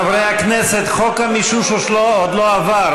חברי הכנסת, חוק המישוש עוד לא עבר.